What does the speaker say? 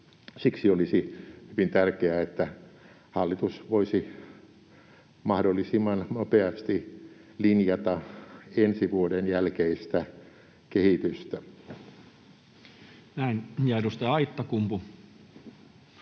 Siksi olisi hyvin tärkeää, että hallitus voisi mahdollisimman nopeasti linjata ensi vuoden jälkeistä kehitystä. Näin. — Ja edustaja Aittakumpu,